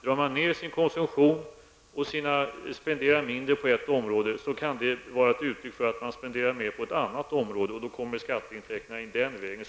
Drar man ned sin konsumtion och spenderar mindre på ett område kan det vara ett uttryck för att man spenderar mer på ett annat område, och då kommer skatteintäkterna in den vägen.